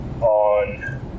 on